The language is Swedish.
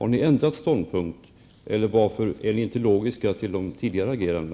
Har ni ändrat ståndpunkt, eller är det något annat som är orsaken till ert ologiska agerande?